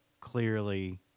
clearly